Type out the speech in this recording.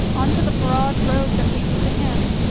on to the broad road that leads to him.